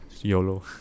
yolo